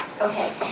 Okay